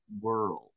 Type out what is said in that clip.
World